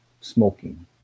smoking